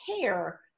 care